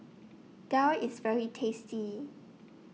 Daal IS very tasty